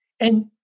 And-